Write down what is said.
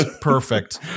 perfect